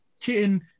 kitten